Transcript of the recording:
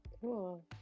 Cool